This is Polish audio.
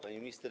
Pani Minister!